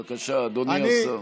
בבקשה, אדוני השר.